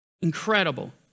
Incredible